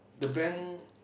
the bank